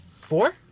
four